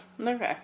Okay